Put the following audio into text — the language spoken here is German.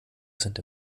sind